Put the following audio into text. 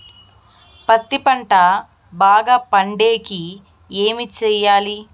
పత్తి పంట బాగా పండే కి ఏమి చెయ్యాలి?